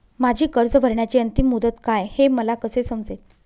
माझी कर्ज भरण्याची अंतिम मुदत काय, हे मला कसे समजेल?